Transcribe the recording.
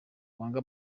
wanga